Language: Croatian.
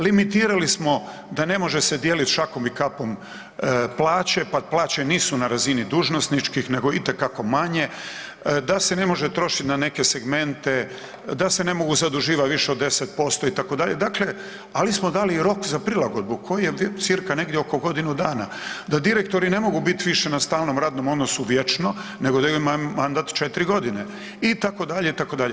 Limitirali smo da ne može se dijeliti šakom i kapom plaće, pa plaće nisu na razini dužnosničkih nego itekako manje, da se ne može trošiti na neke segmente, da se ne mogu zaduživati više od 10% itd., dakle ali smo dali i rok za prilagodbu koji je cca negdje oko godinu dana da direktori ne mogu biti više na stalnom radnom odnosu vječno nego da imaju mandat 4 godine itd., itd.